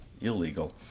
illegal